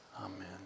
Amen